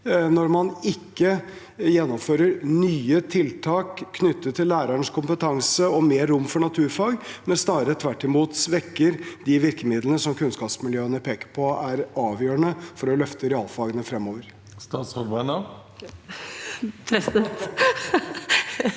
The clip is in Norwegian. når man ikke gjennomfører nye tiltak knyttet til lærernes kompetanse og mer rom for naturfag, men tvert imot svekker de virkemidlene som kunnskapsmiljøene peker på at er avgjørende for å løfte realfagene fremover? Svein Harberg